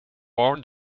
war